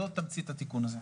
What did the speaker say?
זאת תמצית התיקון הזה.